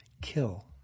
kill